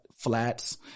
Flats